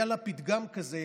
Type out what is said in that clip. היה לה פתגם כזה,